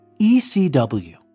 ECW